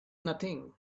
nothing